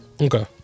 Okay